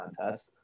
contest